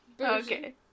Okay